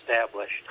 established